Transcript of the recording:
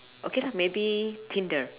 okay lah maybe tinder